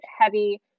heavy